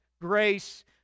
grace